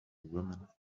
woman